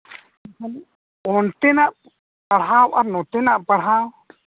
ᱚᱱᱛᱮᱱᱟᱜ ᱯᱟᱲᱦᱟᱣ ᱟᱨ ᱱᱚᱛᱮᱱᱟᱜ ᱯᱟᱲᱦᱟᱣ